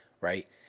right